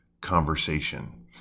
conversation